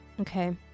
Okay